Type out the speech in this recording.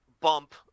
bump